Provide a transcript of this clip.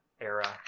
era